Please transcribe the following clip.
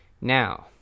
Now